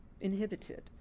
inhibited